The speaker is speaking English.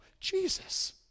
Jesus